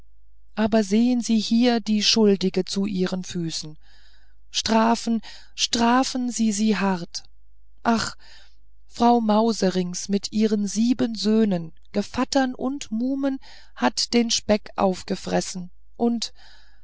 aber sehen sie hier die schuldige zu ihren füßen strafen strafen sie sie hart ach frau mauserinks mit ihren sieben söhnen gevattern und muhmen hat den speck aufgefressen und